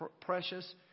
precious